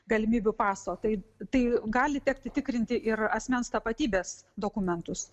galimybių paso tai tai gali tekti tikrinti ir asmens tapatybės dokumentus